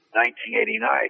1989